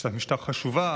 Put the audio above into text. שיטת משטר חשובה,